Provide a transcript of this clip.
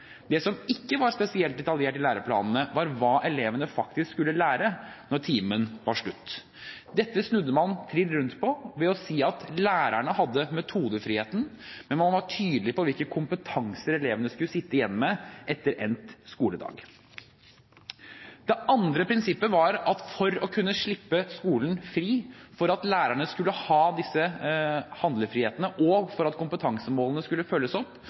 faktisk skulle ha lært når timen var slutt. Dette snudde man trill rundt på ved å si at lærerne hadde metodefriheten, men man var tydelig på hvilke kompetanser elevene skulle sitte igjen med etter endt skoledag. Det andre prinsippet var at for å kunne slippe skolen fri, for at lærerne skulle ha denne handlefriheten, og for at kompetansemålene skulle følges opp,